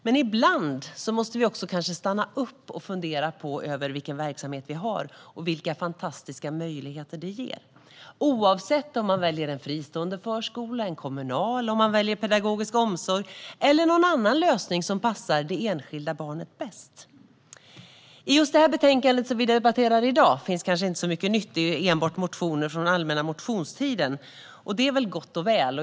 Men ibland måste vi kanske också stanna upp och fundera på vilken verksamhet vi har och vilka fantastiska möjligheter den ger oavsett om man väljer en fristående förskola eller en kommunal och oavsett om man väljer pedagogisk omsorg eller någon annan lösning som passar det enskilda barnet bäst. I just det betänkande som vi debatterar i dag finns kanske inte så mycket nytt. Det gäller enbart motioner från den allmänna motionstiden, och det är väl gott och väl.